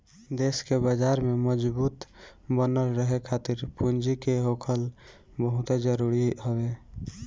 देस के बाजार में मजबूत बनल रहे खातिर पूंजी के होखल बहुते जरुरी हवे